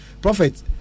prophet